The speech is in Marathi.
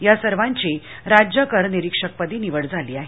या सर्वांची राज्य कर निरीक्षकपदी निवड झाली आहे